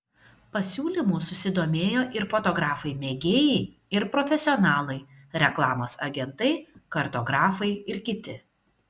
pasiūlymu susidomėjo ir fotografai mėgėjai ir profesionalai reklamos agentai kartografai ir kiti